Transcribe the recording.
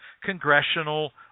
congressional